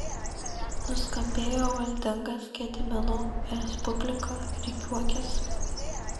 nuskambėjo valdingas gedimino respublika rikiuokis